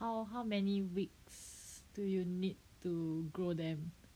how how many weeks do you need to grow them